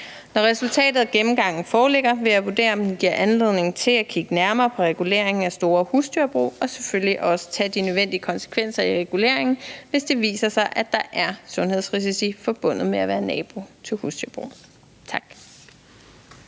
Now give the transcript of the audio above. Når resultatet af gennemgangen foreligger, vil jeg vurdere, om det giver anledning til at kigge nærmere på reguleringen af store husdyrbrug, og selvfølgelig også tage de nødvendige konsekvenser i reguleringen, hvis det viser sig, at der er sundhedsrisici forbundet med at være nabo til husdyrbrug. Tak.